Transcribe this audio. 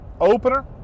opener